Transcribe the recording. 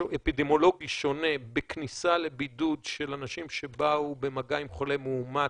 אפידמיולוגי שונה בכניסה לבידוד של אנשים שבאו במגע עם חולה מאומת,